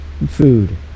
food